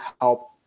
help